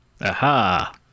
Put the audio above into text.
Aha